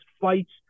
fights